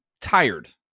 tired